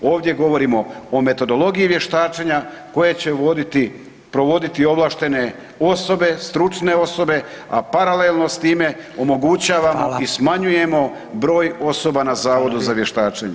Ovdje govorimo o metodologiji vještačenja koje će provoditi ovlaštene osobe, stručne osobe, a paralelno sa time omogućavamo i smanjujemo broj osoba na Zavodu za vještačenje.